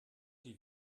die